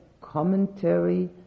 commentary